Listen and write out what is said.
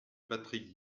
patrick